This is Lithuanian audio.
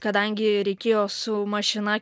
kadangi reikėjo su mašina